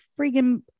freaking